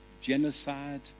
genocide